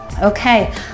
Okay